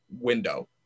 window